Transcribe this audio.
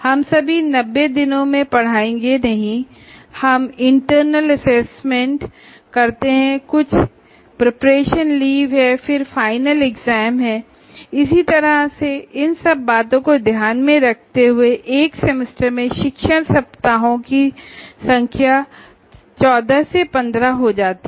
हम सभी 90 दिनों में पढ़ाएंगे नहीं हम इंटरनल एसेसमेंट करते हैं कुछ प्रिपरेशन लीव हैं फिर फाइनल एग्जाम्स है और इसी तरह इन सब बातों को ध्यान में रखते हुए एक सेमेस्टर में शिक्षण सप्ताहों की संख्या 14 से 15 हो जाती है